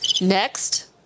next